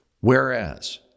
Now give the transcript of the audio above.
Whereas